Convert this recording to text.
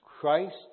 Christ